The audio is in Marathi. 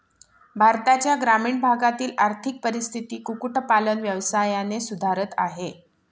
भारताच्या ग्रामीण भागातील आर्थिक परिस्थिती कुक्कुट पालन व्यवसायाने सुधारत आहे